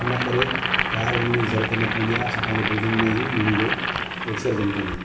हिन करे ॿाहिरि वञण जी ज़रूरत न पवंदी आहे असां पंहिंजे बिल्डिंग में ई उन्हनि जो विसर्जन कंदा आहियूं